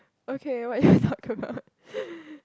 okay what to talk about